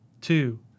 two